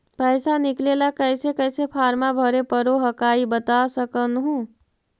पैसा निकले ला कैसे कैसे फॉर्मा भरे परो हकाई बता सकनुह?